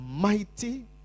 Mighty